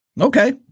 Okay